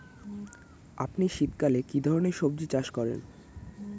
আপনি শীতকালে কী ধরনের সবজী চাষ করেন?